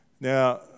Now